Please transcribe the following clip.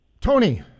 Tony